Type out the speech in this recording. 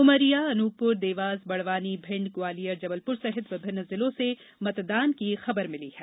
उमरिया अनूपपुर देवास बड़वानी भिंड ग्वालियर जबलपुर सहित विभिन्न जिलो से मतदान की खबर मिली है